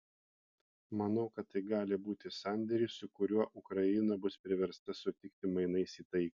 manau kad tai gali būti sandėris su kuriuo ukraina bus priversta sutikti mainais į taiką